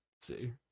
see